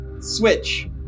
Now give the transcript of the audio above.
Switch